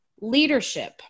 leadership